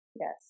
yes